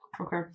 okay